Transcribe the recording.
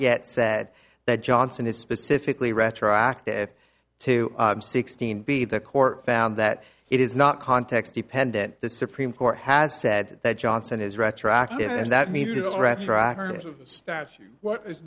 yet said that johnson is specifically retroactive to sixteen b the court found that it is not context dependent the supreme court has said that johnson is retroactive and that means